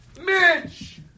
Mitch